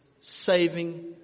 saving